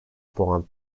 puan